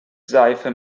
seife